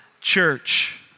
church